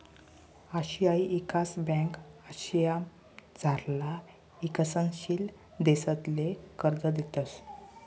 आशियाई ईकास ब्यांक आशियामझारला ईकसनशील देशसले कर्ज देतंस